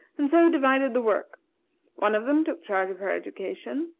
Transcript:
and so, divided the work one of them took charge of her education,